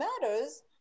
matters